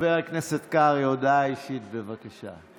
חבר הכנסת קרעי, הודעה אישית, בבקשה.